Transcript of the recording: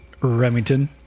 Remington